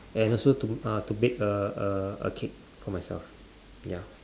and also to uh bake a a a cake for myself ya